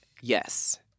yes